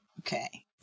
Okay